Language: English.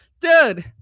Dude